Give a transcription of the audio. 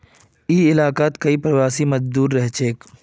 ई इलाकात कई प्रवासी मजदूर रहछेक